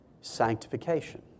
sanctification